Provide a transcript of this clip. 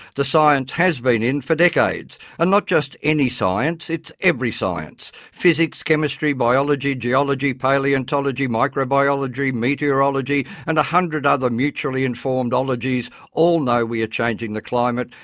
the science has been in for decades, decades, and not just any science, it's every science. physics, chemistry, biology, geology, palaeontology, microbiology, meteorology and a hundred other mutually informed ologies all know we are changing the climate,